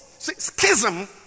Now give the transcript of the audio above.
Schism